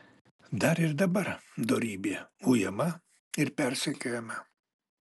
dar ir dabar dorybė ujama ir persekiojama